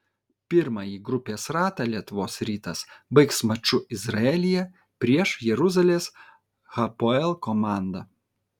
pirmąjį grupės ratą lietuvos rytas baigs maču izraelyje prieš jeruzalės hapoel komandą